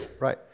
right